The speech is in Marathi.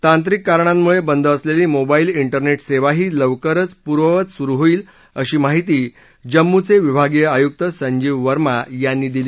तांत्रिक कारणामुळे बंद असलेली मोबाईल विस्नेट सेवाही लवकरच पूर्ववत सुरु होईल अशी माहिती जम्मूचे विभागीय आयुक्त संजीव वर्मा यांनी दिली